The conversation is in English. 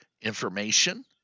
information